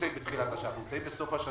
נמצאים בתחילת השנה.